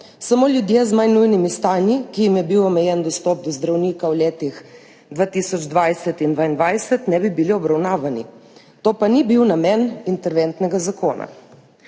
samo ljudje z manj nujnimi stanji, ki jim je bil omejen dostop do zdravnika v letih 2020 in 2021, ne bi bili obravnavani, to pa ni bil namen interventnega zakona.